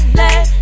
let